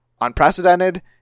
unprecedented